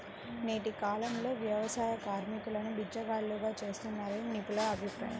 నేటి కాలంలో వ్యవసాయ కార్మికులను బిచ్చగాళ్లుగా చూస్తున్నారని నిపుణుల అభిప్రాయం